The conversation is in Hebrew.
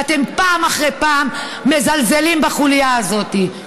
ואתם פעם אחרי פעם מזלזלים בחוליה הזאת.